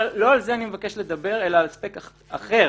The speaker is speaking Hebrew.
אבל לא על זה אני מבקש לדבר, אלא על אספקט אחר